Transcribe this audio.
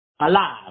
alive